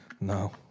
No